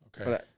okay